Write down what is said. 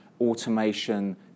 automation